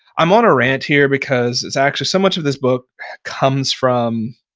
i'm on a rant here because it's actually, so much of this book comes from